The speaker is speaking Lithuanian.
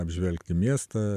apžvelgti miestą